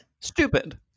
Stupid